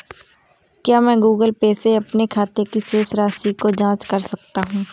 क्या मैं Google Pay से अपने खाते की शेष राशि की जाँच कर सकता हूँ?